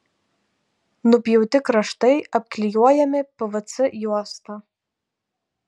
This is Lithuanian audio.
nupjauti kraštai apklijuojami pvc juosta